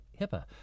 HIPAA